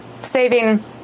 saving